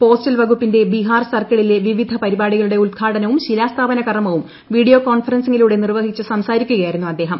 postal വകുപ്പിന്റെ ബിഹാർ സ്ട്ര്ക്കിളിലെ വിവിധ പരിപാടികളുടെ ഉദ്ഘാടനവും ശില്പാ്സ്മാപനകർമവും വീഡിയോ കോൺഫറൻസിങ്ങിലൂടെ നിർവ്ക്കിച്ചു് സംസാരിക്കുകയായിരുന്നു അദ്ദേഹം